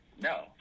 no